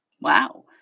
Wow